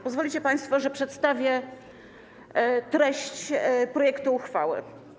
Pozwolicie państwo, że przedstawię treść projektu uchwały.